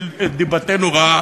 את דיבתנו רעה,